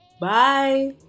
Bye